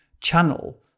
channel